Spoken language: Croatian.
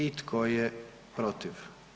I tko je protiv?